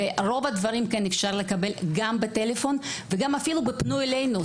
ורוב הדברים כן אפשר לקבל גם בטלפון וגם אפילו ב"פנו אלינו".